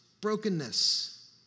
brokenness